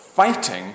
fighting